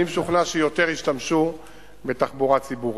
אני משוכנע שיותר ישתמשו בתחבורה ציבורית.